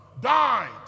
died